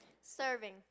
Serving